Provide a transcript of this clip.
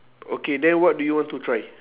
okay then what do you want to try